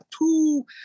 two